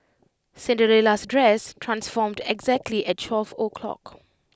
Cinderella's dress transformed exactly at twelve o' clock